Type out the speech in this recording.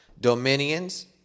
dominions